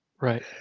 Right